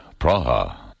Praha